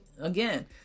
Again